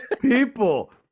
People